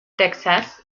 texas